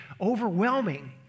overwhelming